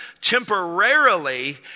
temporarily